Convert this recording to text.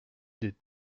des